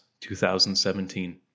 2017